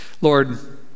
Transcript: Lord